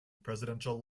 presidential